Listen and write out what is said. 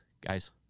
guys